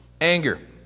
Anger